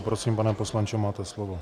Prosím, pane poslanče, máte slovo.